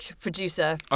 producer